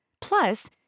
Plus